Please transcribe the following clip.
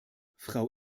frau